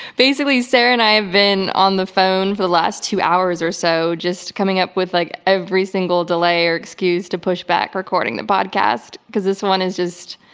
basically, sarah and i have been on the phone, for the last two hours or so, just coming up with like every single delay or excuse to push back recording the podcast. because this one is just,